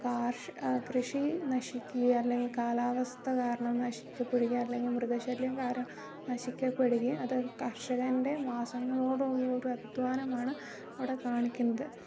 കൃഷി നശിക്കുക അല്ലെങ്കിൽ കാലാവസ്ഥ കാരണം നശിക്കപ്പെടുക അല്ലെങ്കിൽ മൃഗശല്യം കാരണം നശിക്കപ്പെടുക അത് കർഷകൻ്റെ മാസങ്ങളോളമുള്ള ഒരു അധ്വാനമാണ് അവിടെ കാണിക്കുന്നത്